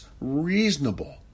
reasonable